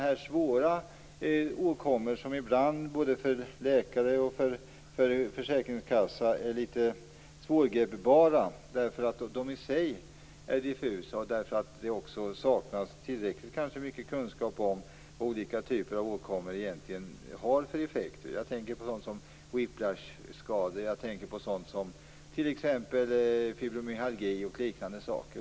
Det är fråga om åkommor som ibland är litet svårgripbara både för läkare och för försäkringskassa, eftersom de är diffusa. Kanske saknas det ibland också tillräcklig kunskap om vilka effekter olika åkommor egentligen har. Jag tänker på sådant som whip-lash-skador, fibromyalgi och liknande saker.